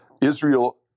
Israel